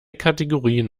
kategorien